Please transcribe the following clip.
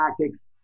tactics